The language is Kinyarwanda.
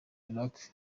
irak